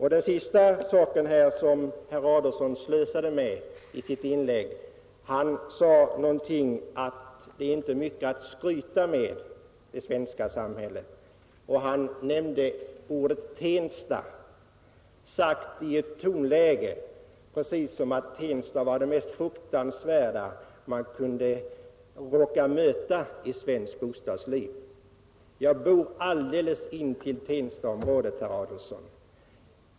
Herr Adolfsson sade i slutet av sitt inlägg någonting om att det svenska samhället inte var mycket att skryta med, och han nämnde ordet Tensta, sagt i ett tonläge som om Tensta vore det mest fruktansvärda man kunde råka möta i svenskt bostadsliv. Jag bor alldeles intill Tenstaområdet, herr Adolfsson.